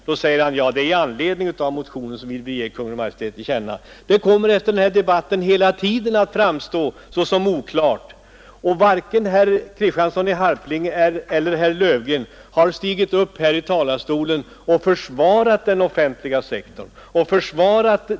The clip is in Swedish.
Ni säger bara att ni i anledning av motionen vill ge Kungl. Maj:t till känna vad ni har anfört. Vad ni egentligen avser kommer efter denna debatt fortfarande att framstå såsom oklart. talarstol försvarat politiken beträffande den offentliga sektorn.